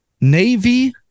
Navy